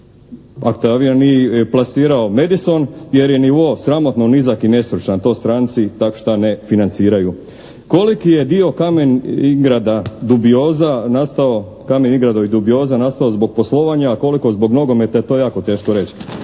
… ni plasirao Medison jer je nivo sramotno nizak i nestručan. To stranci tako šta ne financiraju. Koliki je dio «Kamen-Ingrada» dubioza nastao, «Kamen-Ingradovih» dubioza nastao zbog poslovanja koliko zbog nogometa to je jako teško reći.